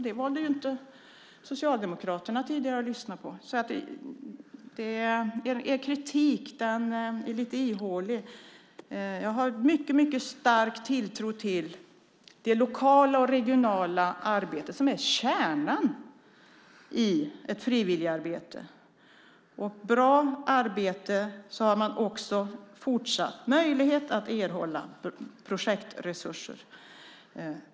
Det valde Socialdemokraterna tidigare att inte lyssna på. Er kritik är lite ihålig. Jag har mycket stark tilltro till det lokala och regionala arbetet, som är kärnan i ett frivilligarbete. Med ett bra arbete har man fortsatt möjlighet att erhålla projektresurser.